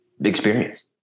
experience